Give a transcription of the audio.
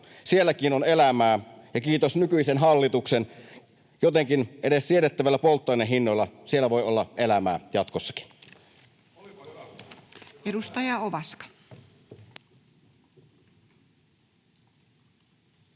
Sielläkin on elämää, ja kiitos nykyisen hallituksen jotenkin edes siedettävillä polttoainehinnoilla siellä voi olla elämää jatkossakin.